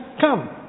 come